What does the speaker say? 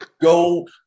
go